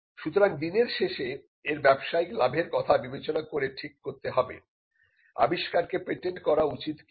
সুতরাং দিনের শেষে এর ব্যবসায়িক লাভের কথা বিবেচনা করে ঠিক করতে হবে আবিষ্কারকে পেটেন্ট করা উচিত কি না